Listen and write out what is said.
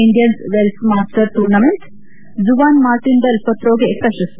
Indian Wells Masters tournament Juan Martin del ಮೋತ್ರೋಗೆ ಪ್ರಶಸ್ತಿ